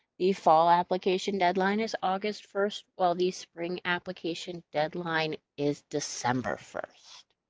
the fall application deadline is august first, while the spring application deadline is december first.